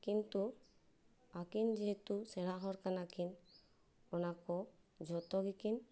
ᱠᱤᱱᱛᱩ ᱟᱹᱠᱤᱱ ᱡᱮᱦᱮᱛᱩ ᱥᱮᱬᱟ ᱦᱚᱲ ᱠᱟᱱᱟᱠᱤᱱ ᱚᱱᱟ ᱠᱚ ᱡᱚᱛᱚ ᱜᱮᱠᱤᱱ